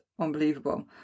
unbelievable